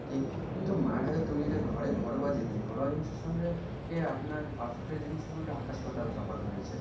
ঠিক কিন্তু মায়ের হাতে তৈরি যে ঘরে ঘরোয়া জিনিস ঘরোয়া জিনিসের সঙ্গে এ আপনার ফাস্ট ফুডের জিনিসের মধ্যে আকাশ পাতাল তফাত রয়েছে